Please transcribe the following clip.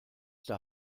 der